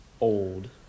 old